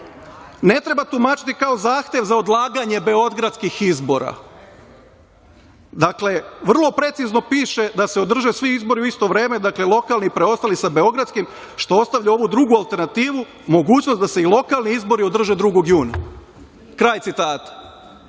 ne treba tumačiti kao zahtev za odlaganje beogradskih izbora. Vrlo precizno piše da se održe svi izbori u isto vreme, dakle, preostali sa beogradskim što ostavlja ovu drugu alternativu, mogućnost da se i lokalni izbori održe 2. juna – kraj citata.